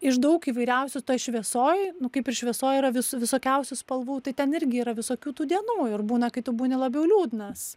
iš daug įvairiausių toj šviesoj nu kaip ir šviesoj yra vis visokiausių spalvų tai ten irgi yra visokių tų dienų ir būna kai tu būni labiau liūdnas